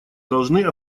должны